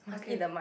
okay